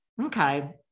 okay